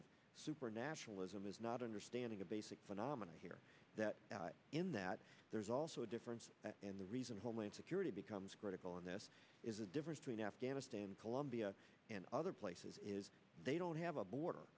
of supernaturalism is not understanding a basic phenomena here that in that there is also a difference and the reason homeland security becomes critical and this is a difference between afghanistan colombia and other places is they don't have a border